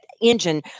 engine